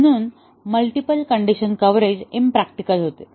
म्हणून multiple condition coverage impractical होते